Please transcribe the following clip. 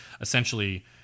essentially